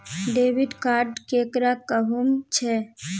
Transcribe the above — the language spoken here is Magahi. डेबिट कार्ड केकरा कहुम छे?